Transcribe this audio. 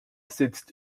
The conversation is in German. sitzt